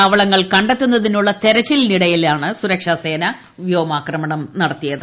താവളങ്ങൾ കണ്ടെത്തുന്നതിനുള്ള തെരച്ചിലിനിടയിലാണ് സുരക്ഷാസേന വ്യോമാക്രമണം നടത്തിയത്